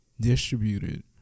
distributed